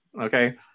Okay